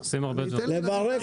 אתחיל מכמה